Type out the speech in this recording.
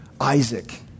Isaac